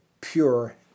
pure